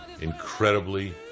incredibly